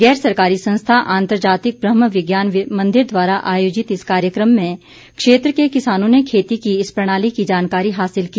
गैर सरकारी संस्था आंतर्जातिक ब्रह्म विज्ञान मंदिर द्वारा आयोजित इस कार्यक्रम में क्षेत्र के किसानों ने खेती की इस प्रणाली की जानकारी हासिल की